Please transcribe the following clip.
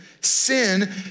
Sin